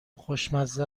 خوشمزه